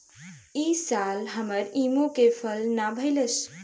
इ साल हमर निमो के फर ना धइलस